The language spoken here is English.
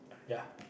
ya